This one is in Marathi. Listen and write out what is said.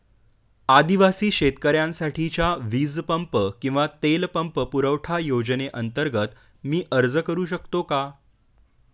आदिवासी शेतकऱ्यांसाठीच्या वीज पंप किंवा तेल पंप पुरवठा योजनेअंतर्गत मी अर्ज करू शकतो का?